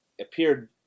appeared